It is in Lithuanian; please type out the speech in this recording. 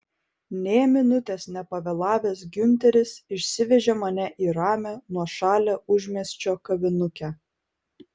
nė minutės nepavėlavęs giunteris išsivežė mane į ramią nuošalią užmiesčio kavinukę